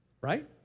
Right